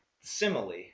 simile